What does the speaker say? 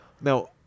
Now